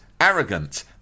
arrogant